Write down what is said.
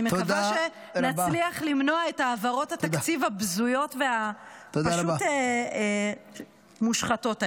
אני מקווה שנצליח למנוע את העברות התקציב הבזויות והפשוט מושחתות האלה.